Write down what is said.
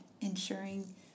ensuring